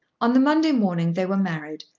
on the monday morning they were married,